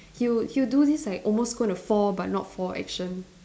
he would he'll do this like almost gonna fall but not fall action